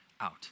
out